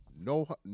no